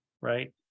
right